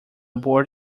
board